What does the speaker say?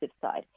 side